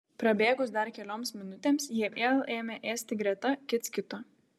prabėgus dar kelioms minutėms jie vėl ėmė ėsti greta kits kito